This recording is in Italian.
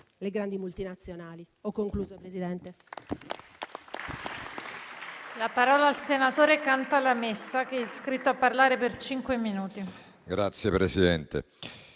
le grandi multinazionali.